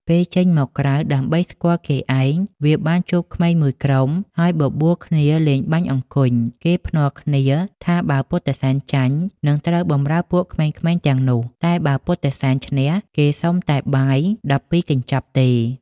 ពេលចេញមកក្រៅដើម្បីស្គាល់គេឯងវាបានជួបក្មេងមួយក្រុម ហើយបបួលគ្នាលេងបាញ់អង្គុញ គេភ្នាល់គ្នាថាបើពុទ្ធសែនចាញ់ នឹងត្រូវបម្រើពួកក្មេងៗទាំងនោះ តែបើពុទ្ធិសែនឈ្នះគេសុំតែបាយ១២កញ្ចប់ទេ។